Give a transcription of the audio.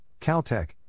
Caltech